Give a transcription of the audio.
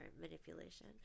manipulation